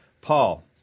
Paul